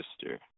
sister